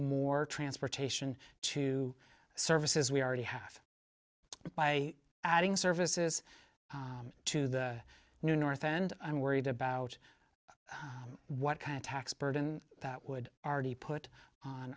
more transportation to services we already have by adding services to the new north and i'm worried about what kind of tax burden that would already put on